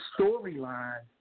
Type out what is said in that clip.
storyline